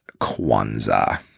Kwanzaa